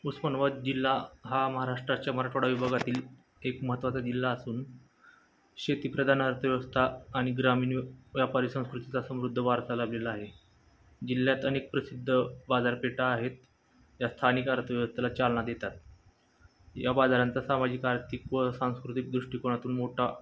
उस्मानाबाद जिल्हा हा महाराष्ट्राच्या मराठवाडा विभागातील एक महत्वाचा जिल्हा असून शेतीप्रदान अर्थव्यवस्था आणि ग्रामीण व्यापारी संस्कृतीचा समृद्ध वारसा लाभलेला आहे जिल्ह्यात अनेक प्रसिद्ध बाजारपेठा आहेत या स्थानिक अर्थव्यवस्थेला चालना देतात या बाजारांचा सामाजिक आर्थिक व सांस्कृतिक दृष्टिकोनातून मोठा